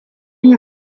you